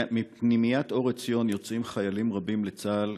מפנימיית אור עציון יוצאים חיילים רבים לצה"ל,